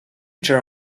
other